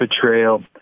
betrayal